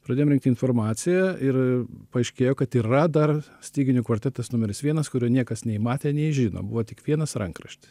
pradėjom rinkti informaciją ir paaiškėjo kad yra dar styginių kvartetas numeris vienas kurio niekas nei matę nei žino buvo tik vienas rankraštis